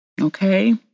Okay